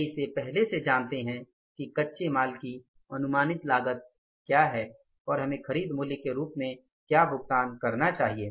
वे इसे पहले से जानते हैं कि कच्चे माल की अनुमानित लागत क्या है और हमें खरीद मूल्य के रूप में क्या भुगतान करना चाहिए